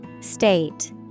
State